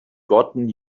gotten